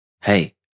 hey